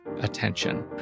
attention